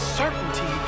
certainty